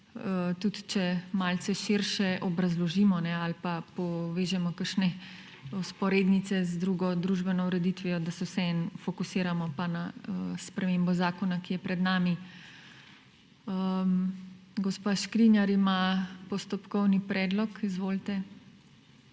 tudi če malce širše obrazložimo, kajne, ali pa povežemo kakšne vzporednice z drugo družbeno ureditvijo, da se vseeno fokusiramo pa na spremembo zakona, ki je pred nami. Gospa Škrinjar ima postopkovni predlog. Izvolite.